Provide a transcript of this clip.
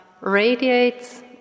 radiates